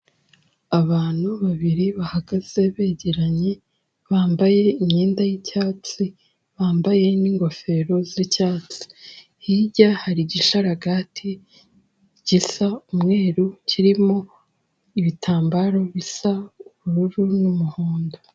Abantu babiri bahagaze begeranye bambaye imyenda yi'cyatsi, bambaye n'ingofero z'icyatsi, hirya hari igisharagati gisa umweru kirimo ibitambaro bisa ubururu n'umuhondo.